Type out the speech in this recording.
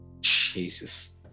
Jesus